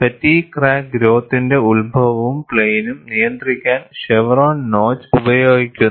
fatigue crack ഗ്രോത്തിന്റെ ഉത്ഭവവും പ്ലെയിനും നിയന്ത്രിക്കാൻ ഷെവ്റോൺ നോച്ച് ഉപയോഗിക്കുന്നു